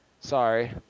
Sorry